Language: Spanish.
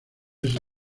ese